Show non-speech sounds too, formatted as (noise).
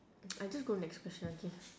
(noise) I think go next question okay